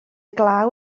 glaw